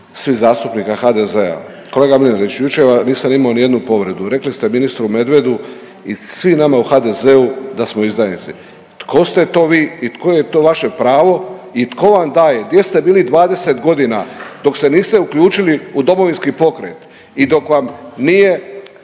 svih zastupnika HDZ-a. Kolega Mlinarić jučer nisam imao niti jednu povredu. Rekli ste ministru Medvedu i svim nama u HDZ-u da smo izdajnici. Tko ste vi i koje je to vaše pravo i tko vam daje, gdje ste bili 20 godina dok se niste uključili u Domovinski pokret i dok vam nije